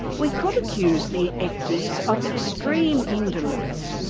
we could accuse the ecdies of extreme indolence,